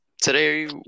Today